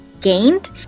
gained